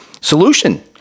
solution